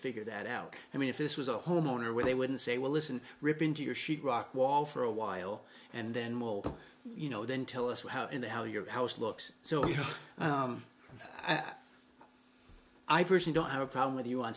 figure that out i mean if this was a homeowner where they wouldn't say well listen rip into your sheet rock wall for a while and then will you know then tell us how in the how your house looks so i'm i personally don't have a problem with you on